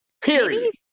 Period